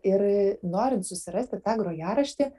ir norint susirasti tą grojaraštį